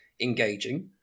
engaging